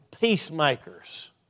peacemakers